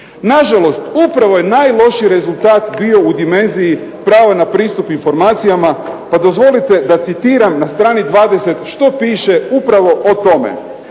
Nažalost, upravo je najlošiji rezultat bio u dimenziji prava na pristup informacijama pa dozvolite da citiram na strani 20 što piše upravo o tome.